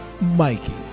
Mikey